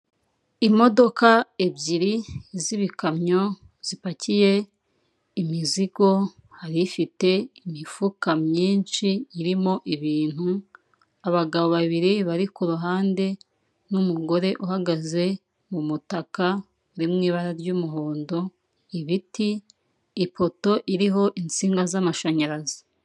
Imodoka ebyiri z'ibikamyo zipakiye imizigo, hari ifite imifuka myinshi irimo ibintu, abagabo babiri bari ku ruhande n'umugore uhagaze mu mutaka uri mu ibara ry'umuhondo, ibiti, ipoto iriho insinga z'amashanyarazi.